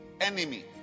enemy